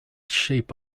shape